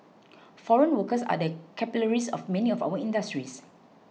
foreign workers are the capillaries of many of our industries